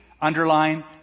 underline